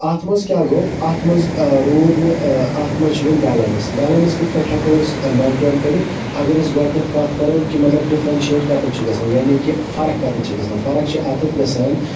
اتھ مَنٛز کیاہ گوٚو اتھ مَنٛز روٗد نہٕ اتھ مَنٛز چھ وۄنۍ بیلینس بیلَنس کِتھ پٲٹھۍ ہیٚکو أسۍ مینٹین کٔرِتھ اگر أسۍ گۄڈنیٚتھ کتھ کَرو کہِ مَطلَب ڈِفرَنشِیٹ کَتیٚتھ چھُ گَژھان یعنے کہِ فَرَکھ کَتیٚتھ چھِ گَژھان فَرَکھ چھِ اَتیٚتھ گَژھان